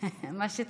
מה שתחליט.